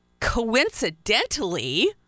coincidentally